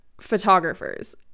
photographers